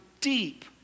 deep